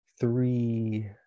three